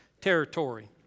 territory